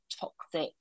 toxic